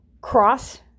cross